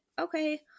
okay